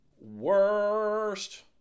worst